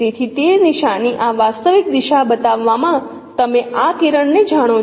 તેથી તે નિશાની આ વાસ્તવિક દિશા બતાવશે તમે આ કિરણને જાણો છો